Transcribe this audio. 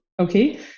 Okay